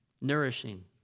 nourishing